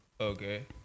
Okay